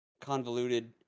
convoluted